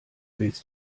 willst